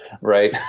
right